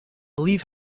believe